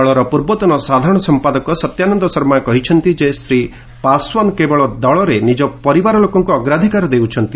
ଦଳର ପୂର୍ବତନ ସାଧାରଣ ସମ୍ପାଦକ ସତ୍ୟାନନ୍ଦ ଶର୍ମା କହିଚ୍ଚନ୍ତି ଯେ ଶ୍ରୀ ପାଶ୍ୱାନ କେବଳ ଦଳରେ ନିଜ ପରିବାର ଲୋକଙ୍କୁ ଅଗ୍ରାଧିକାର ଦେଉଛନ୍ତି